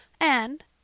And